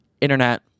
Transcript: internet